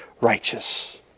righteous